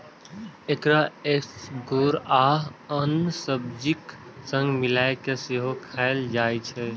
एकरा एसगरो आ आन सब्जीक संग मिलाय कें सेहो खाएल जाइ छै